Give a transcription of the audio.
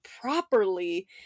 properly